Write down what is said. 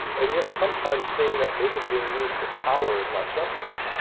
and yet sometimes seeing that movement being used for power and not justice,